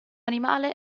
animale